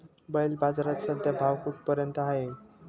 बैल बाजारात सध्या भाव कुठपर्यंत आहे?